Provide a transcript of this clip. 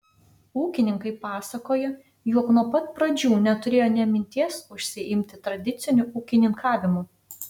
ūkininkai pasakoja jog nuo pat pradžių neturėjo nė minties užsiimti tradiciniu ūkininkavimu